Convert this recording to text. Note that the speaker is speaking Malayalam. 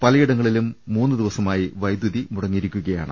പലയിടങ്ങളിലും മൂന്നുദിവസമായി വൈദ്യുതി മുടങ്ങിയിരിക്കുകയാണ്